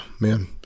man